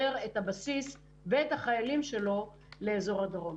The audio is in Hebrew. את הבסיס ואת החיילים שלו לאזור הדרום.